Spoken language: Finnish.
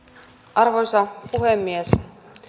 arvoisa puhemies